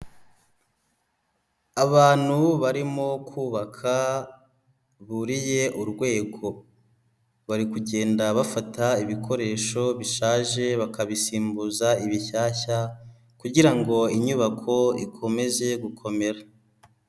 Abantu barimo kubaka buriye urwego, bari kugenda bafata ibikoresho bishaje bakabisimbuza ibishyashya kugira ngo inyubako ikomeze gukomera.